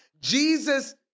Jesus